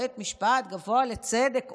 בית המשפט הגבוה לצדק,